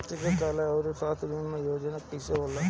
चिकित्सा आऊर स्वास्थ्य बीमा योजना कैसे होला?